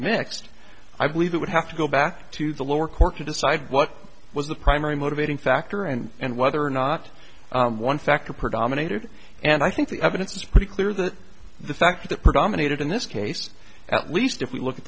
mixed i believe it would have to go back to the lower court to decide what was the primary motivating factor and whether or not one factor predominated and i think the evidence is pretty clear that the fact that predominated in this case at least if we look at